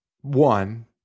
one